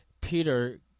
Peter